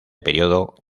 período